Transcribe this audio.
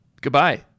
Goodbye